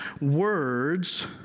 words